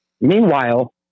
Meanwhile